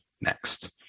next